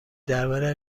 درباره